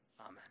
Amen